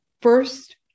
first